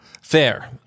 Fair